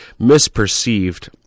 misperceived